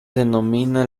denomina